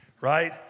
Right